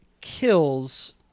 Kills